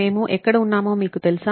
మేము ఎక్కడ ఉన్నామో మీకు తెలుసా